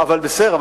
בסדר,